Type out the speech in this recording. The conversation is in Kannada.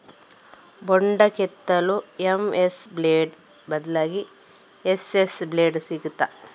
ಬೊಂಡ ಕೆತ್ತಲು ಎಂ.ಎಸ್ ಬ್ಲೇಡ್ ಬದ್ಲಾಗಿ ಎಸ್.ಎಸ್ ಬ್ಲೇಡ್ ಸಿಕ್ತಾದ?